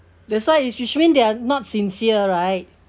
that's why it should mean they are not sincere right